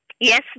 Yes